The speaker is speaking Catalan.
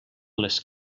les